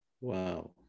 Wow